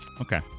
Okay